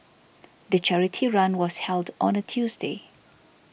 the charity run was held on a Tuesday